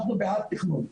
אנחנו בעד תכנון.